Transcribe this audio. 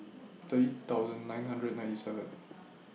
thirty thousand nine hundred ninety seven